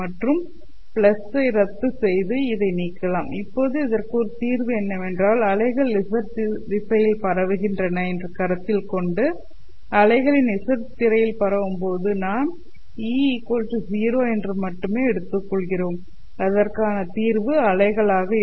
மற்றும் ஐ ரத்துசெய்து இதை நீக்கலாம் இப்போது இதற்கு ஒரு தீர்வு என்னவென்றால் அலைகள் z திசையில் பரவுகின்றன என்று கருத்தில் கொண்டு அலைகளின் z திசையில்பரவும்போது நாம் Ex0 என்று மட்டுமே எடுத்துக்கொள்கிறோம் அதற்கான தீர்வு அலைகளாக இருக்கும்